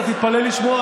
אתה תתפלא לשמוע,